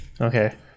Okay